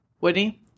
Whitney